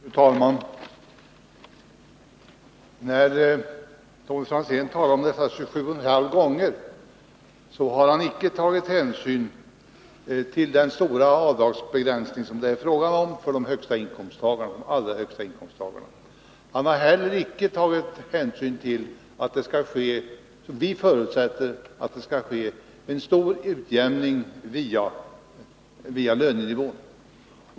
Fru talman! När Tommy Franzén talar om dessa 27,5 gånger har han inte tagit hänsyn till den stora avdragsbegränsning som det är fråga om för de allra högsta inkomsttagarna. Han har inte heller tagit hänsyn till att vi förutsätter att det skall ske en utjämning via lönenivån.